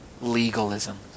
legalism